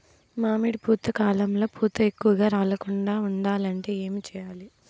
మామిడి పూత కాలంలో పూత ఎక్కువగా రాలకుండా ఉండాలంటే ఏమి చెయ్యాలి?